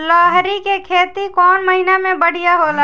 लहरी के खेती कौन महीना में बढ़िया होला?